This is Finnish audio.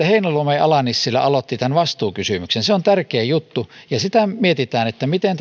heinäluoma ja ala nissilä aloittivat tämän vastuukysymyksen se on tärkeä juttu ja sitä mietitään miten